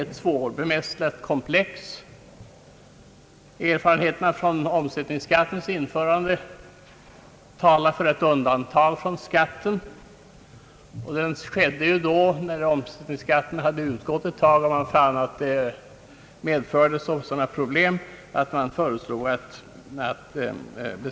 Erfarenheterna från omsättningsskattens införande talar för att de undantas från beskattningen så som skedde när man fann att omsättningsskatten på begagnade bilar medförde så stora problem att den måste slopas.